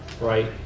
right